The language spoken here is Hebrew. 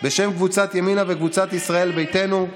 שהיום יושבים כאן יחד איתנו,